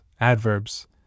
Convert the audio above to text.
adverbs